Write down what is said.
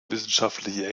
wissenschaftliche